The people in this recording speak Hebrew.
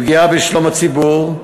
לפגיעה בשלום הציבור,